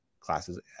classes